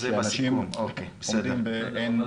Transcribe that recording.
שאנשים עומדים באין פתרון.